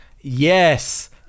yes